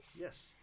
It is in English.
Yes